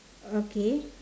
okay